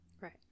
Right